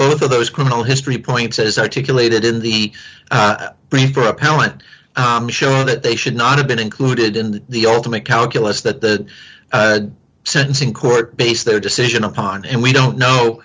both of those criminal history points as articulated in the brief for appellant show that they should not have been included in the ultimate calculus that the sentencing court based their decision upon and we don't know